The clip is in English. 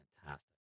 fantastic